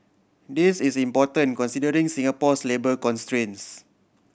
this is important considering Singapore's labour constraints